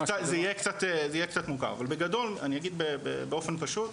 זה יהיה קצת מוכר, אבל בגדול אני אגיד באופן פשוט,